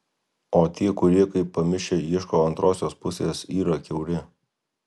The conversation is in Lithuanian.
o tie kurie kaip pamišę ieško antrosios pusės yra kiauri